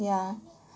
ya